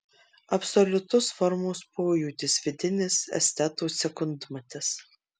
absoliutus formos pojūtis vidinis esteto sekundmatis